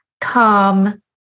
calm